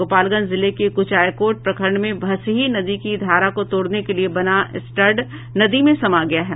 गोपालगंज जिले के कुचायकोट प्रखंड में भसही नदी की धारा को तोड़ने के लिए बना स्टर्ड नदी में समा गया है